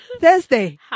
Thursday